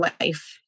life